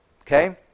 Okay